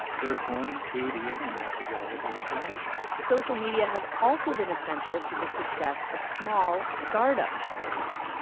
they're going to the internet to get all of their information social media has also been essential to the success of small, start-up charities.